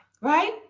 right